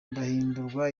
ndahindurwa